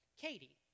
Katie